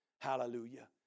Hallelujah